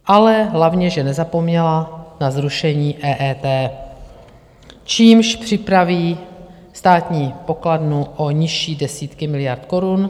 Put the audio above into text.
Ale hlavně že nezapomněla na zrušení EET, čímž připraví státní pokladnu o nižší desítky miliard korun.